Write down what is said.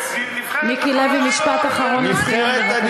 באמצעות נבחרת, מיקי לוי, משפט אחרון, בבקשה.